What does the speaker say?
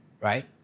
right